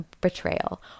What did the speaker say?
betrayal